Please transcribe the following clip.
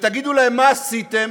ותגידו לו מה עשיתם,